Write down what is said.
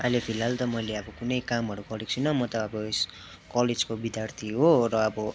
अहिले फिलहाल त मैले अब कुनै कामहरू गरेको छुइनँ म त अब कलेजको विध्यार्थी हो र अब